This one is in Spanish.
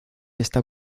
está